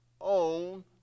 own